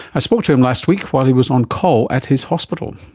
i spoke to him last week while he was on call at his hospital.